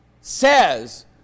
says